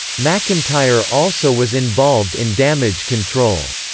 mcintyre also was involved in damage control.